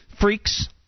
freaks